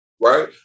right